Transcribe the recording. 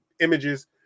images